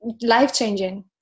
life-changing